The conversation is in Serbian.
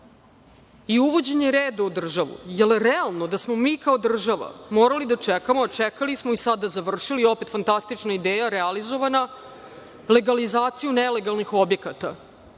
i uvođenje reda u državu, jer je realno da smo mi kao država morali da čekamo, čekali smo i sada završili, opet fantastična ideja realizovana, legalizaciju nelegalnih objekata.